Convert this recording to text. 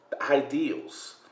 ideals